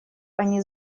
они